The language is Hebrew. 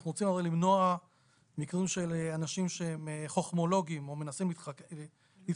אנחנו רוצים הרי למנוע מקרים של אנשים שהם חוכמולוגים או מנסים להתחכם.